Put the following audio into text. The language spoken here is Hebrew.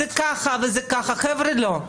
חבר'ה, לא.